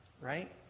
right